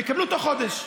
הם יקבלו בתוך חודש,